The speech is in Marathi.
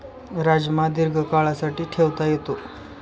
राजमा दीर्घकाळासाठी ठेवता येतो